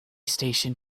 station